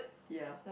ya